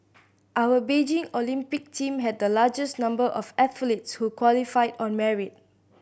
our Beijing Olympic team had the largest number of athletes who qualified on merit